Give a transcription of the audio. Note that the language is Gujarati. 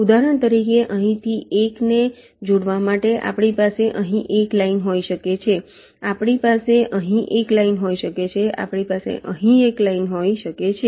ઉદાહરણ તરીકે અહીંથી 1 ને જોડવા માટે આપણી પાસે અહીં એક લાઈન હોઈ શકે છે આપણી પાસે અહીં એક લાઈન હોઈ શકે છે પછી આપણી પાસે અહીં લાઈન હોઈ શકે છે